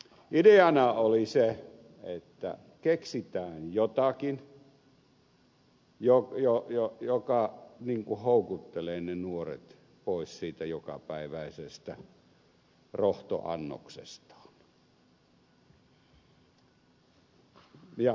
ideana oli se että keksitään jotakin joka houkuttelee ne nuoret pois siitä jokapäiväisestä rohtoannoksestaan ja me keksimme